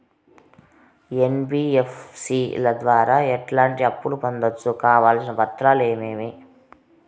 NBFC ల ద్వారా ఎట్లాంటి అప్పులు పొందొచ్చు? కావాల్సిన పత్రాలు ఏమేమి?